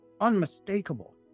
unmistakable